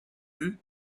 them